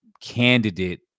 candidate